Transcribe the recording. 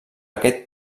aquest